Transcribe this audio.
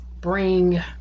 bring